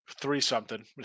three-something